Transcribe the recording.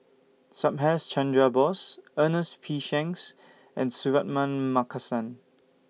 Subhas Chandra Bose Ernest P Shanks and Suratman Markasan